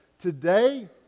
Today